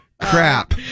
crap